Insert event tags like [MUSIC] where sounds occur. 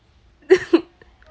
[LAUGHS]